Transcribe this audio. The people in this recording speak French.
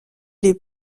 les